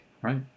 right